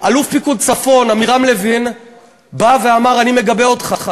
אלוף פיקוד צפון עמירם לוין בא ואמר: אני מגבה אותך.